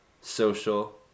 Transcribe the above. social